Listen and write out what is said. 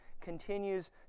continues